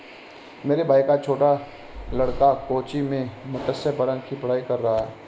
मेरे भाई का छोटा लड़का कोच्चि में मत्स्य पालन की पढ़ाई कर रहा है